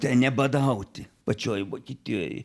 te ne badauti pačioj vokietijoj